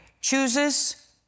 chooses